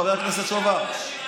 חבר הכנסת סובה,